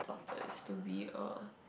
daughter is to be a